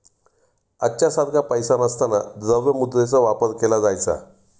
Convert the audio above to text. आजच्या सारखा पैसा नसताना द्रव्य मुद्रेचा वापर केला जायचा